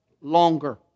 longer